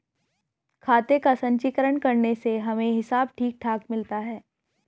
खाते का संचीकरण करने से हमें हिसाब ठीक ठीक मिलता है